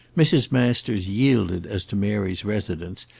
mrs. masters yielded as to mary's residence,